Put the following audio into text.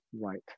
right